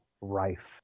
rife